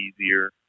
easier